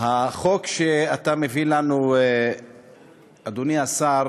החוק שאתה מביא לנו, אדוני השר,